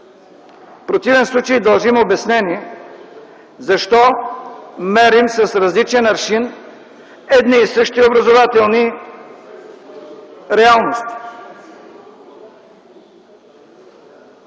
В противен случай дължим обяснение защо мерим с различен аршин едни и същи образователни реалности.